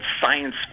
Science